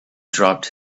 dropped